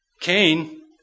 Cain